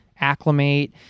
acclimate